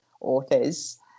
authors